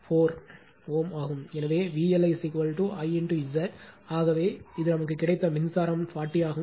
எனவே VLI Z ஆகவே இது நமக்கு கிடைத்த மின்சாரம் 40 ஆகும்